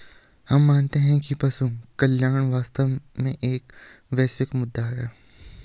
हम मानते हैं कि पशु कल्याण वास्तव में एक वैश्विक मुद्दा है